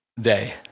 day